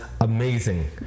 amazing